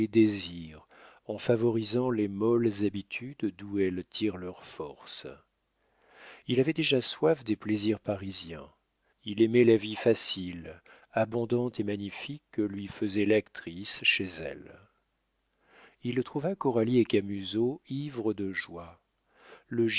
désirs en favorisant les molles habitudes d'où elles tirent leur force il avait déjà soif des plaisirs parisiens il aimait la vie facile abondante et magnifique que lui faisait l'actrice chez elle il trouva coralie et camusot ivres de joie le